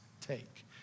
take